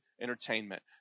entertainment